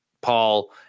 paul